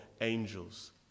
angels